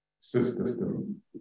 system